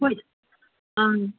ꯍꯣꯏ ꯑꯥꯡ